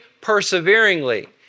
perseveringly